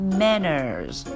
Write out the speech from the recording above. manners